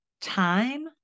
time